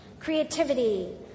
Creativity